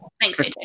Thanks